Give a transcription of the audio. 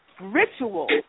ritual